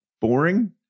boring